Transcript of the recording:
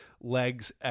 legs